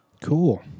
Cool